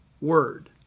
word